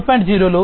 0 లో